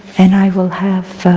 and i will have